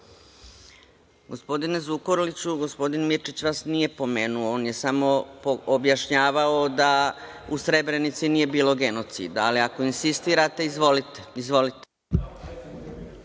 Gospodine Zukorliću, gospodin Mirčić vas nije pomenuo, on je samo objašnjavao da u Srebrenici nije bilo genocida. Ali, ako insistirate, izvolite.